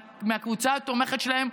מהקבוצה התומכת שלהם.